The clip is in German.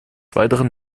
weiteren